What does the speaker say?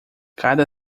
cada